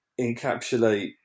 encapsulate